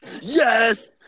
yes